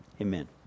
Amen